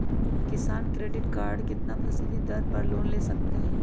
किसान credit card कितना फीसदी दर पर लोन ले सकते हैं?